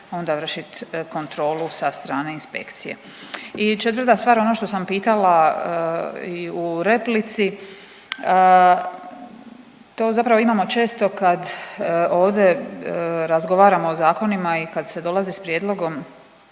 onda vršiti kontrolu sa strane inspekcije. I četvrta stvar ono što sam pitala i u replici to zapravo imamo često kad ovdje razgovaramo o zakonima i kad se dolazi sa prijedlogom